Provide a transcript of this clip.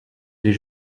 les